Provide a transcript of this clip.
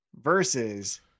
versus